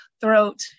throat